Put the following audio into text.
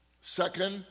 Second